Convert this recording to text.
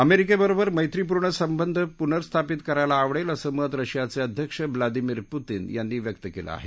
अमेरिकेबरोबर मैत्रीपूर्ण संबंध पूनर्स्थापित करायला आवडेल असं मत रशियाचे अध्यक्ष ब्लादिमिर पुतीन यांनी व्यक्त केलं आहे